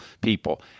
people